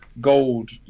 gold